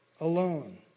alone